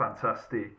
fantastic